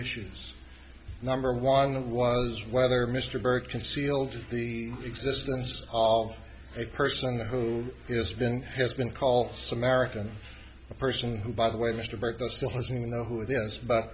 issues number one of was whether mr burke concealed the existence of a person who has been has been called samaritan a person who by the way mr burka still doesn't even know who it is but